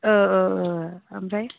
औ औ औ ओमफ्राय